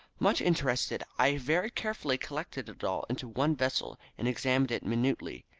much interested, i very carefully collected it all into one vessel, and examined it minutely.